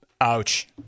Ouch